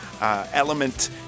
Element